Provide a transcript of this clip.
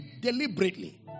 deliberately